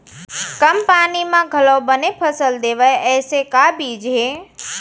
कम पानी मा घलव बने फसल देवय ऐसे का बीज हे?